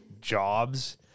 jobs